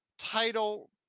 Title